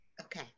okay